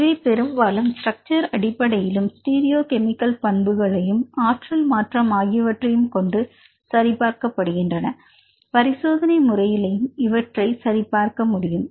இவை பெரும்பாலும் ஸ்ட்ரக்சர் அடிப்படையிலும் ஸ்டீரியோ கெமிக்கல் பண்புகளையும் ஆற்றல் மாற்றம் ஆகியவற்றையும் கொண்டு சரி பார்க்கப்படுகின்றன பரிசோதனை முறையிலும் இவற்றை சரி பார்க்க முடியும்